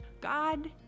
God